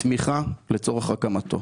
תמיכה לצורך הקמתו,